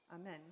Amen